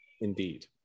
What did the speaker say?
Indeed